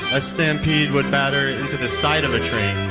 a stampede would batter into the side of a train,